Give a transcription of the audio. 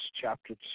chapter